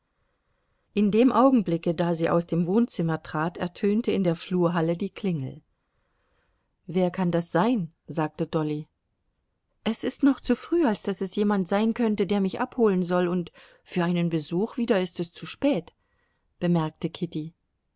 in dem augenblicke da sie aus dem wohnzimmer trat ertönte in der flurhalle die klingel wer kann das sein sagte dolly es ist noch zu früh als daß es jemand sein könnte der mich abholen soll und für einen besuch wieder ist es zu spät bemerkte kitty